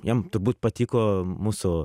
jam turbūt patiko mūsų